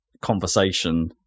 conversation